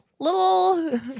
Little